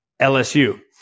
LSU